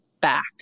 back